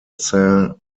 saint